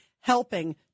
helping